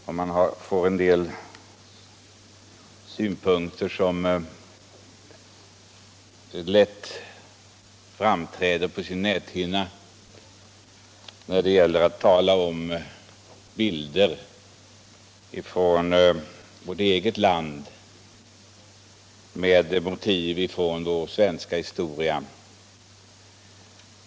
Det är en del bilder som lätt framträder på ens näthinna när det talas om motiv från vårt eget land och från vår svenska historia.